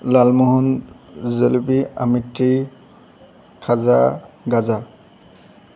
লালমোহন জিলাপি আমৃতি খজা গজা